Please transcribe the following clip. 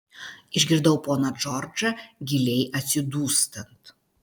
išgirdau poną džordžą giliai atsidūstant